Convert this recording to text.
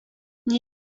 nie